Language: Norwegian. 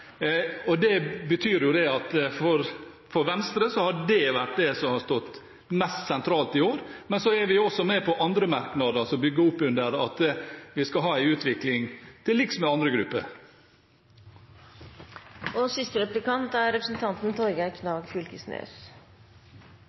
inntektsgapet. Det betyr at for Venstre har det vært det som har stått mest sentralt i år. Men så er vi også med på andre merknader som bygger opp under at vi skal ha en utvikling til liks med andre grupper. Mitt inntrykk er